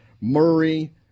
Murray